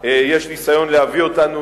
יש ניסיון להביא אותנו